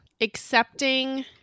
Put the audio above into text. accepting